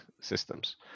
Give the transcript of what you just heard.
systems